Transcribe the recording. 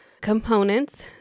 components